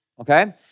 okay